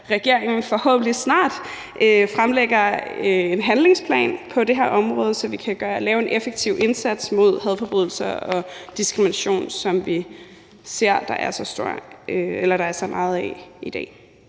regeringen forhåbentlig snart fremlægger en handlingsplan på det her område, så vi kan lave en effektiv indsats mod hadforbrydelser og diskrimination, som vi ser, at der er så meget af i dag